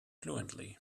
fluently